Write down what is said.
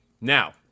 Now